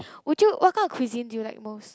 would you what kind of cuisine do you like most